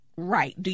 Right